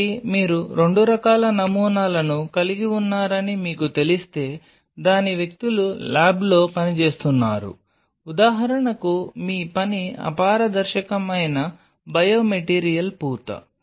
కాబట్టి మీరు రెండు రకాల నమూనాలను కలిగి ఉన్నారని మీకు తెలిస్తే దాని వ్యక్తులు ల్యాబ్లో పని చేస్తున్నారు ఉదాహరణకు మీ పని అపారదర్శకమైన బయోమెటీరియల్ పూత